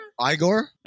Igor